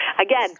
again